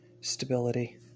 stability